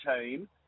team